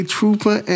Trooper